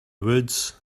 woods